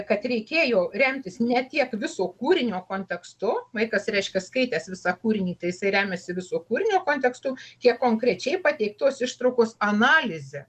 kad reikėjo remtis ne tiek viso kūrinio kontekstu vaikas reiškia skaitęs visą kūrinį tai jisai remiasi viso kūrinio kontekstu kiek konkrečiai pateiktos ištraukos analize